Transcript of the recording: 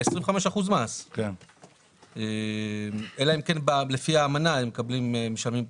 25% מס, אלא אם כן לפי האמנה הם משלמים פחות.